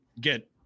get